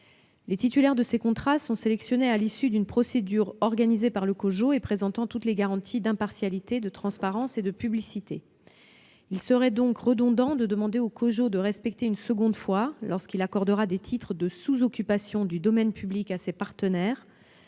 Les titulaires de ces contrats sont sélectionnés à l'issue d'une procédure organisée par le COJO et présentant toutes les garanties d'impartialité, de transparence et de publicité. Il serait donc redondant de demander au COJO de respecter une seconde fois, lorsqu'il accordera des titres de sous-occupation du domaine public à ses partenaires,